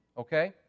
Okay